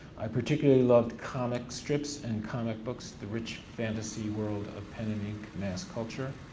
i particularly loved comic strips and comic books, the rich fantasy world of pen and ink mass culture.